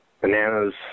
bananas